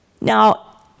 Now